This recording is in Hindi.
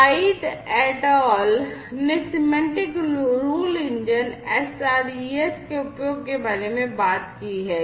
Kaed et al ने सिमेंटिक रूल इंजन SREs के उपयोग के बारे में बात की है